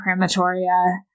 crematoria